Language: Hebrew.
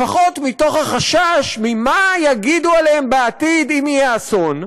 לפחות מתוך החשש ממה יגידו עליהם בעתיד אם יהיה אסון,